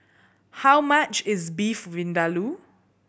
how much is Beef Vindaloo